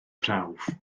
prawf